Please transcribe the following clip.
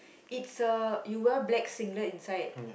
it's a you well black singlet inside